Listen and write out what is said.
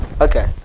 Okay